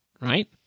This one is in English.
right